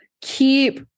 keep